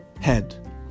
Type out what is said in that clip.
head